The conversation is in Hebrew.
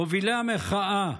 מובילי המחאה,